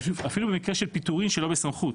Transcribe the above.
אפילו במקרה של פיטורים שלא בסמכות,